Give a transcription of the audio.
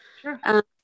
Sure